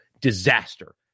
disaster